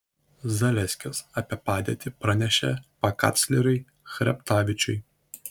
zaleskis apie padėtį pranešė pakancleriui chreptavičiui